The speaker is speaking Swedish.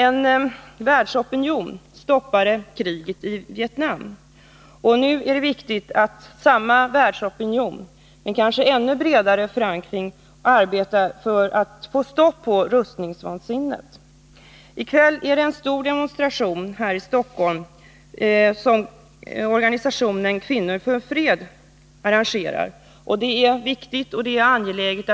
En världsopinion stoppade kriget i Vietnam. Nu är det viktigt attsamma världsopinion med kanske ännu bredare förankring arbetar för att få stopp på rustningsvansinnet. I kväll är det en stor demonstration här i Stockholm som organisationen Kvinnor för fred arrangerar. Det är viktigt att